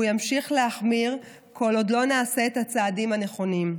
והוא ימשיך להחמיר כל עוד לא נעשה את הצעדים הנכונים.